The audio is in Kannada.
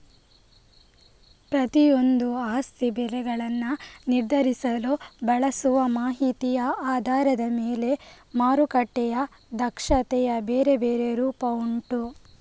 ಪ್ರತಿಯೊಂದೂ ಆಸ್ತಿ ಬೆಲೆಗಳನ್ನ ನಿರ್ಧರಿಸಲು ಬಳಸುವ ಮಾಹಿತಿಯ ಆಧಾರದ ಮೇಲೆ ಮಾರುಕಟ್ಟೆಯ ದಕ್ಷತೆಯ ಬೇರೆ ಬೇರೆ ರೂಪ ಉಂಟು